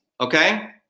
okay